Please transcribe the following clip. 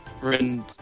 Friend